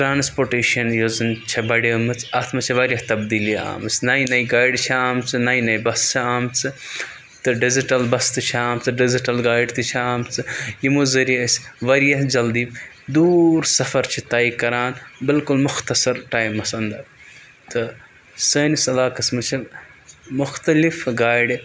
transportation یۄس زَن چھےٚ بَڑیمٕژ اَتھ منٛز چھِ واریاہ تبدیٖلی آمٕژۍ نَیہِ نَیہِ گاڑِ چھِ آمژٕ نَیہِ نَیہِ بَسہٕ چھِ آمژٕ تہٕ ڈِزِٹَل بَسہٕ تہِ چھِ آمژٕ ڈِجِٹَل گاڑِ تہِ چھِ آمژٕ یِمو ذٔریعہِ أسۍ واریاہ جلدی دوٗر سفر چھِ تَے کَران بالکُل مُختصر ٹایمَس اَندَر تہٕ سٲنِس علاقَس منٛز چھِ مُختلِف گاڑِ